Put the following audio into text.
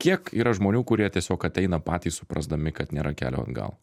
kiek yra žmonių kurie tiesiog ateina patys suprasdami kad nėra kelio atgal